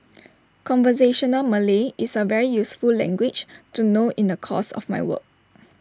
conversational Malay is A very useful language to know in the course of my work